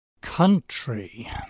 Country